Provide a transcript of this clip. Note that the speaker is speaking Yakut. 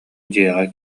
дьиэҕэ